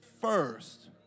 first